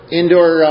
indoor